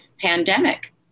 pandemic